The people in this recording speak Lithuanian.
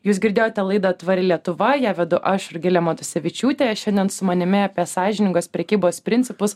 jūs girdėjote laidą tvari lietuva ją vedu aš rugilė matusevičiūtė šiandien su manimi apie sąžiningos prekybos principus